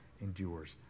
endures